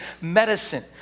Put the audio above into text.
medicine